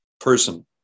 person